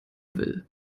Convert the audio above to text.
will